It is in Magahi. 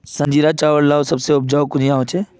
संजीरा चावल लार सबसे अच्छा उपजाऊ कुनियाँ होचए?